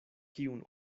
kiun